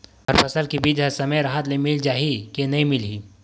हमर फसल के बीज ह समय राहत ले मिल जाही के नी मिलही?